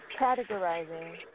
categorizing